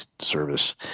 service